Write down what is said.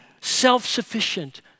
self-sufficient